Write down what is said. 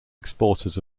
exporters